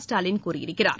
ஸ்டாலின் கூறியிருக்கிறார்